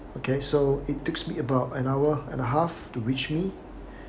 okay so it takes me about an hour and a half to reach me